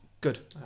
Good